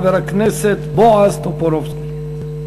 חבר הכנסת בועז טופורובסקי.